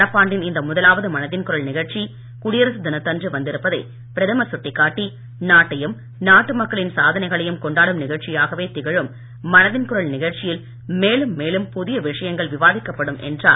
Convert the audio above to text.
நடப்பாண்டின் இந்த முதலாவது மனதின் குரல் நிகழ்ச்சி குடியரசு தினத்தன்று வந்திருப்பதை பிரதமர் சுட்டிக் காட்டி நாட்டையும் நாட்டு மக்களின் சாதனைகளையும் கொண்டாடும் நிகழ்ச்சியாகவே திகழும் மனதின் குரல் நிகழ்ச்சியில் மேலும் மேலும் புதிய விஷயங்கள் விவாதிக்கப்டும் என்றார்